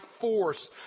force